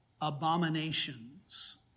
abominations